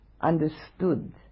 understood